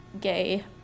gay